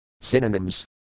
Synonyms